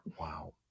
Wow